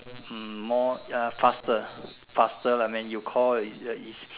hmm more uh faster faster lah I mean you call is a is